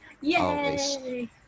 Yay